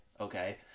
Okay